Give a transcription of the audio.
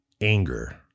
anger